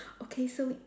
okay so